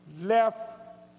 left